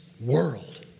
world